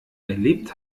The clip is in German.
erlebt